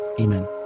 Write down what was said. Amen